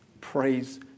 Praise